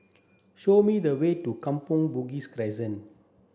show me the way to Kampong Bugis Crescent